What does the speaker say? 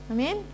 Amen